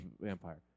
vampire